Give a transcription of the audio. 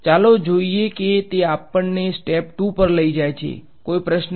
ચાલો જોઈએ કે તે આપણને સ્ટેપ ૨ પર લઈ જાય છે કોઈ પ્રશ્ન